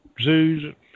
zoos